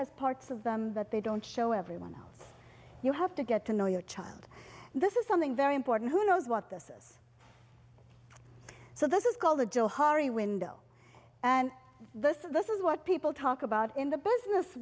has parts of them but they don't show everyone you have to get to know your child and this is something very important who knows what this is so this is called the joe hari window and this is this is what people talk about in the business